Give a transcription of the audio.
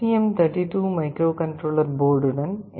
M 32 microcontroller போர்டுடன் L